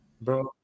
Bro